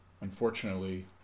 unfortunately